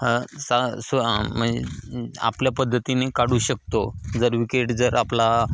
ह सा स् म्हणजे आपल्या पद्धतीने काढू शकतो जर विकेट जर आपला